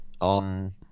on